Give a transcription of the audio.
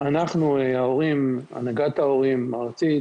אנחנו, ההורים, הנהגת ההורים הארצית,